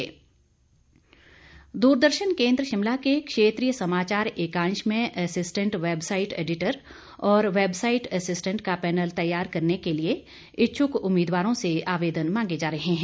आवेदन दूरदर्शन केंद्र शिमला के क्षेत्रीय समाचार एकांश में एसिस्टेंट वैबसाईट एडिटर और वैबसाईट एसिस्टेंट का पैनल तैयार करने के लिए इच्छुक उम्मीदवारों से आवेदन मांगे जा रहे हैं